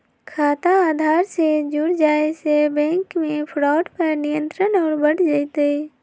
खाता आधार से जुड़ जाये से बैंक मे फ्रॉड पर नियंत्रण और बढ़ जय तय